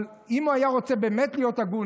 אבל אם הוא היה רוצה באמת להיות הגון,